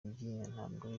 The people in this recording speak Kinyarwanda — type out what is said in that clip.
ntabwo